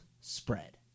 spread